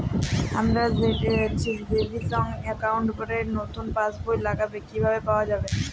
আমার savings account র নতুন পাসবই লাগবে কিভাবে পাওয়া যাবে?